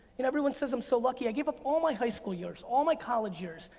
and everyone says i'm so lucky. i gave up all my high school years, all my college years.